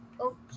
Okay